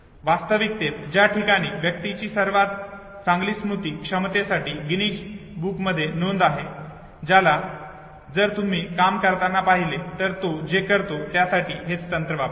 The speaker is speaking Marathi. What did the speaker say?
वास्तविकतेत ज्या व्यक्तीची सर्वात चांगली स्मृती क्षमतेसाठी गिनीज बुकमध्ये नोंद आहे त्याला जर तुम्ही काम करताना पाहिले तर तो जे करतो त्यासाठी हेच तंत्र वापरतो